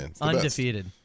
undefeated